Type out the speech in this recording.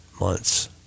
months